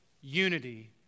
unity